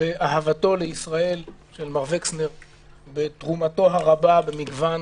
באהבתו לישראל של מר וקסנר ותרומתו הרבה במגוון